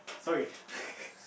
sorry